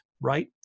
right